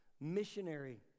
Missionary